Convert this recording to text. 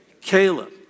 Caleb